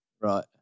right